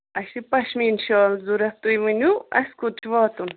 اَسہِ چھِ پشمیٖن شال ضوٚرت تۄہہِ ؤنِو اَسہِ کوٚت چھُ واتُن